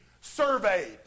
surveyed